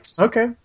Okay